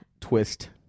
twist